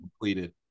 completed